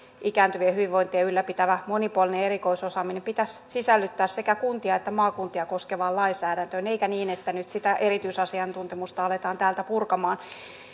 ikääntyvien hyvinvointia ylläpitävä monipuolinen erikoisosaaminen pitäisi sisällyttää sekä kuntia että maakuntia koskevaan lainsäädäntöön eikä niin että nyt sitä erityisasiantuntemusta aletaan täältä purkamaan